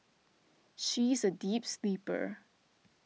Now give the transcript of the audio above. she is a deep sleeper